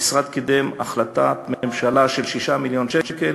המשרד קידם החלטת ממשלה של 6 מיליון שקל